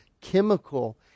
chemical